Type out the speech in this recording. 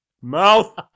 mouth